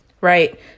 Right